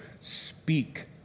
speak